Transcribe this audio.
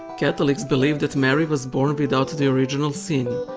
catholics believe that mary was born without the original sin,